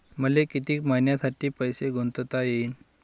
मले कितीक मईन्यासाठी पैसे गुंतवता येईन?